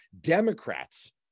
Democrats